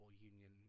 union